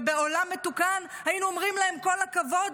ובעולם מתוקן היינו אומרים להן כל הכבוד,